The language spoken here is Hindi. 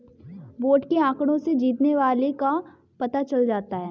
वोट के आंकड़ों से जीतने वाले का पता चल जाता है